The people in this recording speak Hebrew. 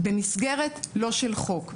במסגרת לא של חוק,